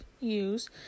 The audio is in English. use